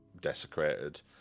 desecrated